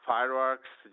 Fireworks